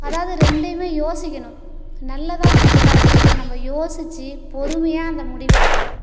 அதாவது ரெண்டையும் யோசிக்கணும் நல்லதா கெட்டதா அப்படிங்கறதை நம்ம யோசிச்சு பொறுமையாக அந்த முடிவு எடுக்கணும்